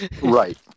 Right